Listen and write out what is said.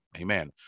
amen